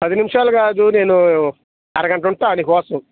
పది నిమిషాలు కాదు నేను అరగంట ఉంటా నీకోసం